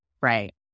right